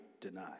deny